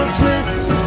twist